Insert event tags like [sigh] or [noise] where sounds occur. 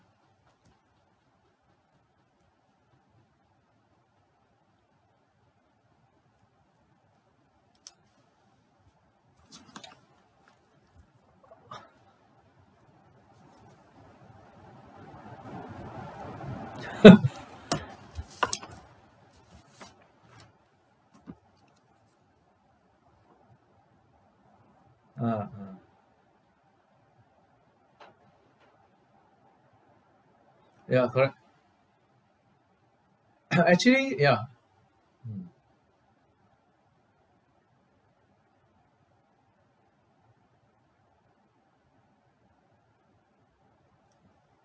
[laughs] ah ah ya correct [noise] ah actually ya mm